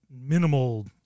minimal